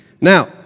Now